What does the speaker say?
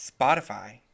spotify